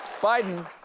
Biden